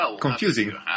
confusing